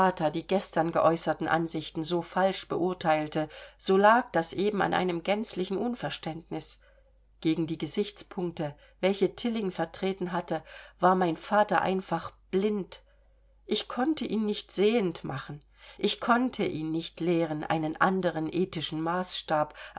die gestern geäußerten ansichten so falsch beurteilte so lag das eben an einem gänzlichen unverständnis gegen die gesichtspunkte welche tilling vertreten hatte war mein vater einfach blind ich konnte ihn nicht sehend machen ich konnte ihn nicht lehren einen anderen ethischen maßstab